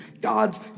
God's